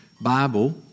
Bible